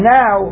now